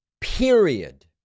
period